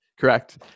Correct